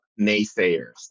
naysayers